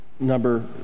number